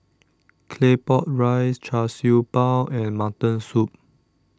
Claypot Rice Char Siew Bao and Mutton Soup